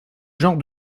genre